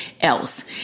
else